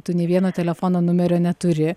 tu nė vieno telefono numerio neturi